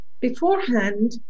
beforehand